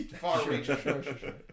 far-reaching